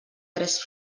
tres